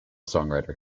songwriter